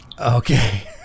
Okay